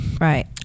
Right